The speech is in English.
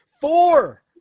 Four